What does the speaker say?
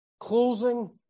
Closing